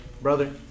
Brother